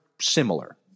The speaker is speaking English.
similar